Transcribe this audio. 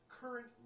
current